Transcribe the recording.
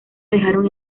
dejaron